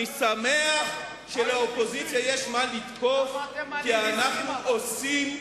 אני שמח שלאופוזיציה יש מה לתקוף, כי אנחנו עושים,